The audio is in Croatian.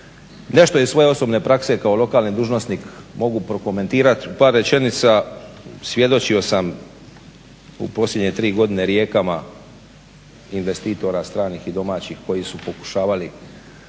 Nešto iz svoje osobne prakse kao lokalni dužnosnik mogu prokomentirati u par rečenica, svjedočio sam u posljednje tri godine rijekama investitora stranih i domaćih koji su pokušavali